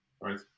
right